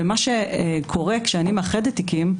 ומה שקורה כשאני מאחדת תיקים,